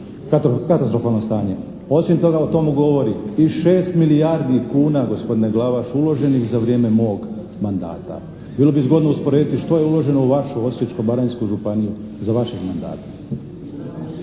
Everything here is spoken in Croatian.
katastrofalno stanje. Osim toga o tomu govori tih 6 milijardi kuna gospodine Glavaš, uloženih za vrijeme mog mandata. Bilo bi zgodno usporediti što je uloženo u vašu Osječko-baranjsku županiju za vašeg mandata.